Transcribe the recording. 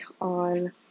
on